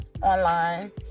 Online